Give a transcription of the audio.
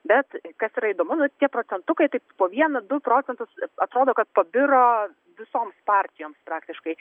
bet kas yra įdomu tie procentukai taip po vieną du procentus atrodo kad pabiro visoms partijoms praktiškai